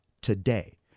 today